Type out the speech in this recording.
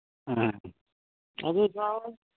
ꯎꯝ